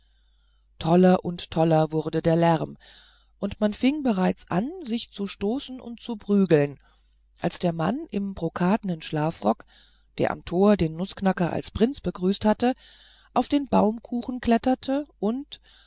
toller und toller wurde der lärm und man fing bereits an sich zu stoßen und zu prügeln als der mann im brokatnen schlafrock der am tor den nußknacker als prinz begrüßt hatte auf den baumkuchen kletterte und